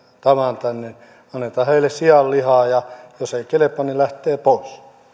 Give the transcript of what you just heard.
tavan tänne annetaan heille sianlihaa ja jos ei kelpaa niin lähtevät pois